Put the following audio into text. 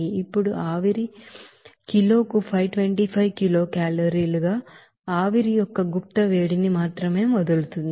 ఇప్పుడు ఆవిరి కిలోకు 525 కిలోకేలరీలు గా ఆవిరి యొక్క లేటెంట్ హీట్ ని మాత్రమే వదులుతుంది